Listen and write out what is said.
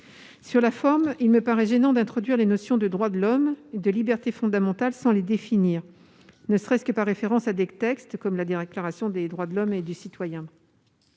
Sur la forme, il me paraît gênant d'introduire les notions de droits de l'homme et de libertés fondamentales sans les définir, ne serait-ce que par référence à des textes comme la Déclaration des droits de l'homme et du citoyen.